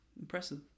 impressive